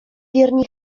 wierni